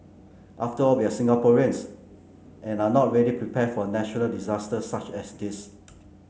after all we're Singaporeans and are not really prepared for natural disasters such as this